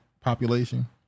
population